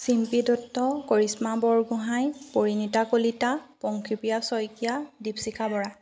Chimpi Dutta Karishma Borgohain Parineeta Kalita Pankhipriya Saikia Dipshikha Bora